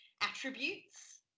attributes